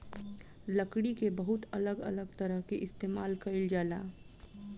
लकड़ी के बहुत अलग अलग तरह से इस्तेमाल कईल जाला